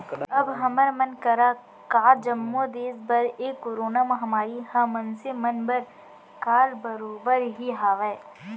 अब हमर मन करा का जम्मो देस बर ए करोना महामारी ह मनसे मन बर काल बरोबर ही हावय